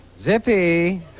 Zippy